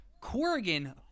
Corrigan